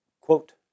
quote